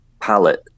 palette